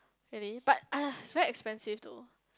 really but ah it's very expensive to